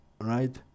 right